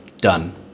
done